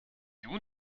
schon